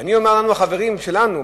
ואני אומר לחברים שלנו,